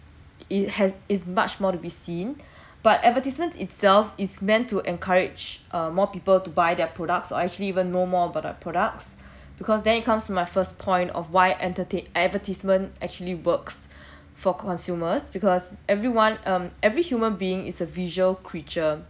it has is much more to be seen but advertisements itself is meant to encourage err more people to buy their products or actually even know more but about their products because then it comes to my first point of why entertain advertisement actually works for consumers because everyone um every human being is a visual creature